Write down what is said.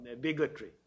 bigotry